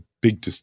big